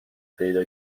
پیدا